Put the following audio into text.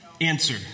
Answer